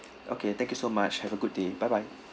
okay thank you so much have a good day bye bye